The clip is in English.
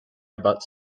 about